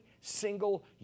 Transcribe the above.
single